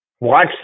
Watch